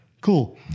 Cool